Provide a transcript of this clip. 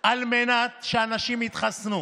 על מנת שאנשים יתחסנו.